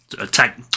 attack